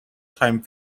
time